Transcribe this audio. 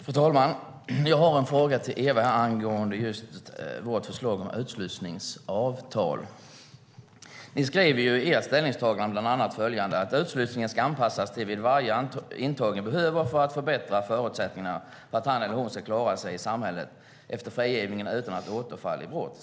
Fru talman! Jag har en fråga till Ewa angående vårt förslag om utslussningsavtal. Ni skriver i ert ställningstagande bland annat följande: "Utslussningen ska anpassas till vad varje intagen behöver för att förbättra förutsättningarna för att han eller hon ska klara sig i samhället efter frigivningen utan att återfalla i brott.